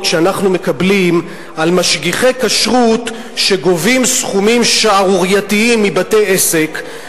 שאנחנו מקבלים על משגיחי כשרות שגובים סכומים שערורייתיים מבתי-עסק,